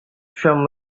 from